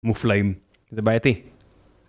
מופלאים. זה בעייתי.